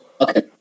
Okay